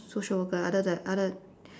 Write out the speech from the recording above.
social worker other the other